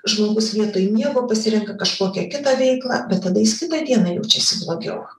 žmogus vietoj miego pasirenka kažkokią kitą veiklą bet tada jis kitą dieną jaučiasi blogiau